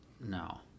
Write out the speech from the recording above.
no